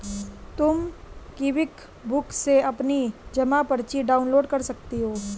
तुम क्विकबुक से भी अपनी जमा पर्ची डाउनलोड कर सकती हो